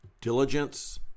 diligence